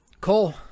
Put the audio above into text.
Cole